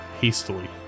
hastily